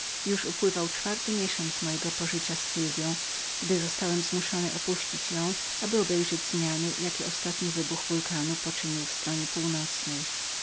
już upływał czwarty miesiąc mojego pożycia z sylwią gdy zostałem zmuszony opuścić ją aby obejrzeć zmiany jakie ostatni wybuch wulkanu poczynił w stronie północnej